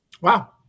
Wow